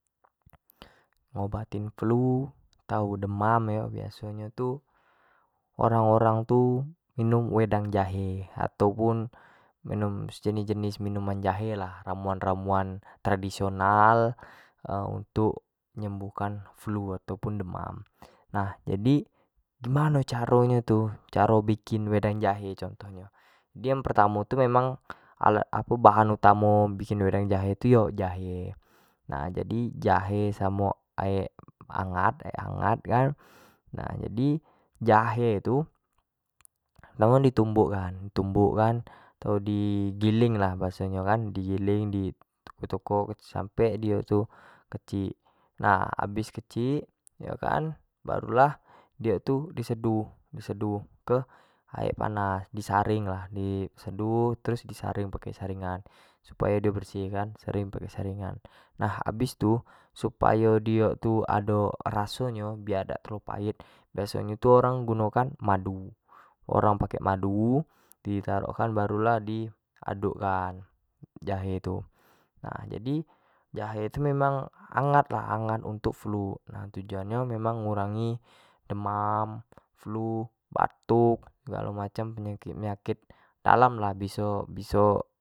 Ngobatin flu atau demam yo biaso nyo tu orang-orang tu minum wedang jahe, atau pun sejenis-jenis minuman jahe lah, ramuan-ramuan tradisional untuk nyembuhkan flu atau pun demam nah jadi gimano caro nyo itu, caro bikin wedang jahe, contoh nyo jadi yang pertamo tu alat apo bahan utamo bikin wedang jahe tu itu yo jahe, nah jahe samo aek-aek hangat kan nah jadi jahe tu dio di tumbuk kan-di tumbuk atau di giling lah bahaso nyo kan di giling atau di tokok sampe dio tu kecik nah habis kecik yo kan baru lah dio tu di seduh aek panas di saring lah, di seduh, terus di saring pake saringan supayo dio bersih kan di saring pake saringan, nah habis tu supayo dio tu ado raso nyo biak dak terlalu pahit biaso nyo tu orang guno kan madu, orang pake madu di tarok kan baru lah di aduk kan jahe tu, nah jadi jahe tu memang hangat lah hangat untuk flu, tujuan nyo memang ngurangi demam, apo flu, batuk segalo macam penyakit-penyakit dalam lah biso-biso.